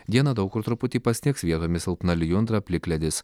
dieną daug kur truputį pasnigs vietomis silpna lijundra plikledis